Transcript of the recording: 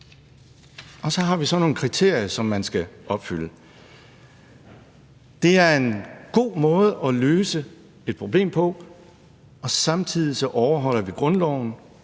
og så har vi nogle kriterier, man skal opfylde. Kl. 17:01 Det er en god måde at løse et problem på, og samtidig overholder vi grundloven